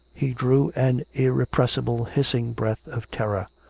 he drew an irrepressible hiss ing breath of terror,